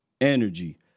energy